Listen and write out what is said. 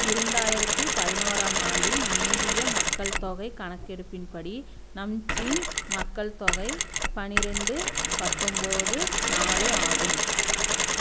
இரண்டாயிரத்து பதினோராம் ஆண்டின் இந்திய மக்கள் தொகை கணக்கெடுப்பின்படி நம்ச்சின் மக்கள் தொகை பன்னிரெண்டு பத்தொம்பது நாலு ஆகும்